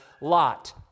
Lot